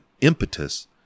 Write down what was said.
impetus